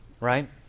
Right